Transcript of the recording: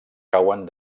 cauen